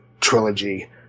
trilogy